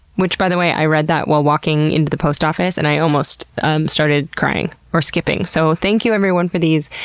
which by the way, i read that while walking into the post office and i almost started crying, or skipping. so, thank you everyone for these,